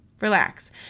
Relax